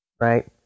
right